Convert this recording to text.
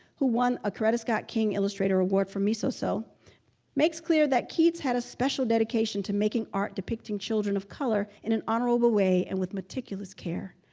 who won a coretta scott king illustrator award for misoso makes clear that keats had a special dedication to making art depicting children of color in an honorable way and with meticulous care.